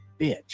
bitch